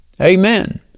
Amen